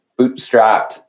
bootstrapped